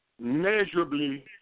Measurably